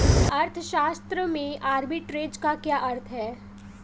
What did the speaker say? अर्थशास्त्र में आर्बिट्रेज का क्या अर्थ है?